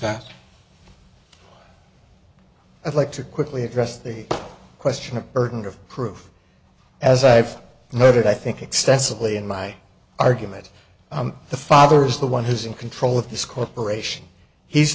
staff i'd like to quickly address the question of burden of proof as i've noted i think extensively in my argument the father is the one who's in control of this corporation he's